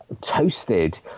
toasted